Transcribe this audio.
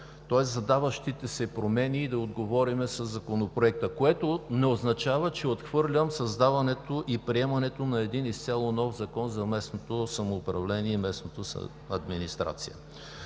– задаващите се промени, и да им отговорим със Законопроекта, което не означава, че отхвърлям създаването и приемането на изцяло нов закон за местното самоуправление и местната администрация.